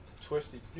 twisty